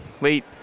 late